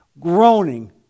groaning